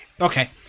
Okay